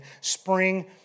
Spring